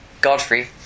Godfrey